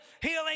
healing